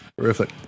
terrific